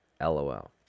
lol